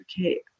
okay